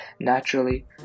Naturally